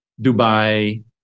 Dubai